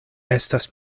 estas